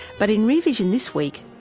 but in rear vision this week,